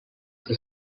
the